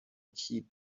keep